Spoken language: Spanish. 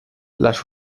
las